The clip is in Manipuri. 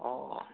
ꯑꯣ